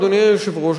אדוני היושב-ראש,